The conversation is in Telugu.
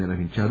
నిర్వహించారు